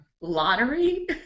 Lottery